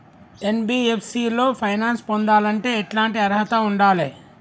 NBFC లో finance పొందాలంటే ఎట్లాంటి అర్హత ఉండాలే?